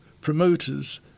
promoters